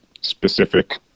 specific